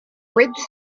ritzy